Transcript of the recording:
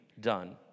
done